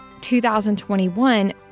2021